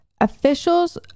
Officials